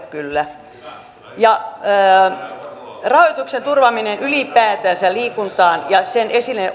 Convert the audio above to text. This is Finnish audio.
kyllä ole sitä vastaan rahoituksen turvaamista ylipäätänsä liikuntaan ja sen esille